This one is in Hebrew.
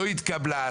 לא התקבלה,